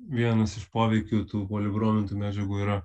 vienas iš poveikių tų polibromintų medžiagų yra